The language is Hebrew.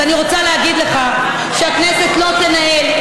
אז אני רוצה להגיד לך שהכנסת לא תנהל,